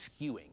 skewing